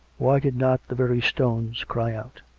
why did not the very stones cry out?